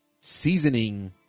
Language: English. seasoning